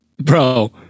Bro